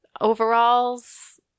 overalls